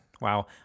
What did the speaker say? Wow